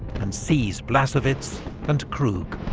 and seize blasowitz and krug.